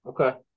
Okay